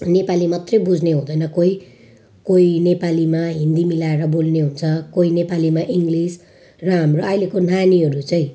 नेपाली मात्रै बुझ्ने हुँदैन कोही कोही नेपालीमा हिन्दी मिलाएर बोल्ने हुन्छ कोही नेपालीमा इङ्लिस र हाम्रो अहिलेको नानीहरू चाहिँ